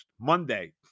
Monday